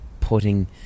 putting